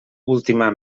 última